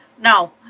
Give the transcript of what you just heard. Now